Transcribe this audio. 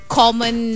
common